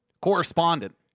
Correspondent